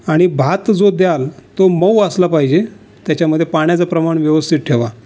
आणि भात जो द्याल तो मऊ असला पाहिजे त्याच्यामध्ये पाण्याचं प्रमाण व्यवस्थित ठेवा